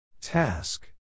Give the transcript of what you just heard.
Task